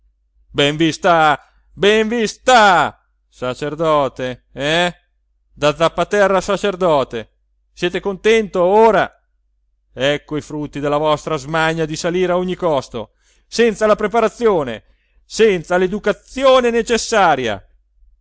vi sta ben vi sta sacerdote eh da zappaterra a sacerdote siete contento ora ecco i frutti della vostra smania di salire a ogni costo senza la preparazione senza l'educazione necessaria